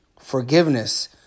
Forgiveness